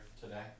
today